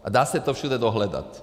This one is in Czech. A dá se to všude dohledat.